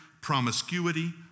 promiscuity